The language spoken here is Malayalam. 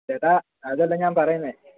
ചേട്ടാ അതും അല്ല ഞാൻ പറയുന്നത്